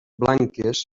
blanques